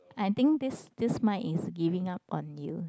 I think this this Mike is giving up on you